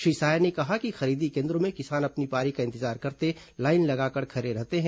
श्री साय ने कहा कि खरीदी केन्द्रों में किसान अपनी पारी का इंतजार करते लाइन लगाकर खड़े रहते हैं